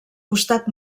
costat